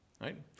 right